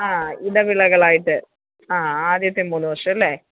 ആ ഇടവിളകളായിട്ട് ആ ആദ്യത്തെ മൂന്ന് വർഷമല്ലേ